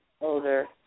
older